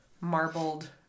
marbled